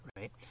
right